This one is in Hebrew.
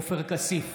עופר כסיף,